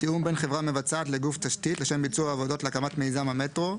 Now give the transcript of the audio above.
תיאום בין חברה מבצעת לגוף תשתית לשם ביצוע עבודות להקמת מיזם המטרו,